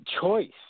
choice